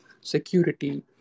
security